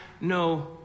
no